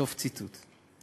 סוף ציטוט.